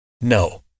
No